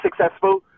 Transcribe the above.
successful